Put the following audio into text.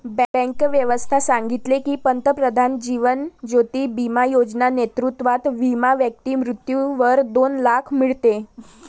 bank व्यवस्था सांगितले की, पंतप्रधान जीवन ज्योती बिमा योजना नेतृत्वात विमा व्यक्ती मृत्यूवर दोन लाख मीडते